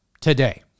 today